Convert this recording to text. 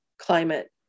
climate